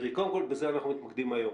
תראי, קודם כל בזה אנחנו מתמקדים היום.